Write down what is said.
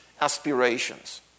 aspirations